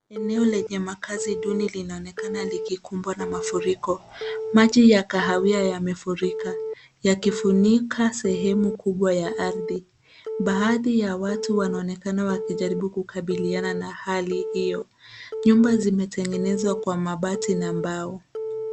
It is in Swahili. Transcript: Eneo lenye makazi duni linaonekana likikumbwa na mafuriko. Maji ya kahawia yamefurika, yakifunika sehemu kubwa ya ardhi. Baadhi ya watu wanaonekana wakijaribu kukabiliana na hali hio. Nyumba zimetengenezwa kwa mabati na mbao.